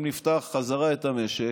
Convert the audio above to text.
אם נפתח חזרה את המשק,